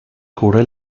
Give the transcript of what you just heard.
cubre